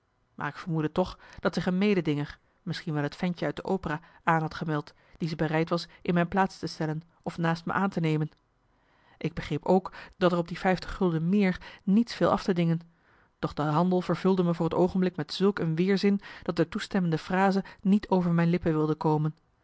maar ik vermoedde toch dat zich een mededinger misschien wel het ventje uit de opera aan had gemeld die ze bereid was in mijn plaats te stellen of naast me aan te nemen ik begreep ook dat er op die vijftig gulden meer niets viel af te dingen doch de handel vervulde me voor t oogenblik met zulk een weerzin dat de toestemmende frase niet over mijn lippen wilde komen